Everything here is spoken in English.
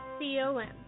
C-O-M